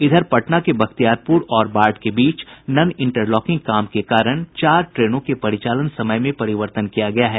इधर पटना के बख्तियारपुर और बाढ़ के बीच नन इंटरलॉकिंग काम के कारण चार ट्रेनों के परिचालन समय में परिवर्तन किया गया है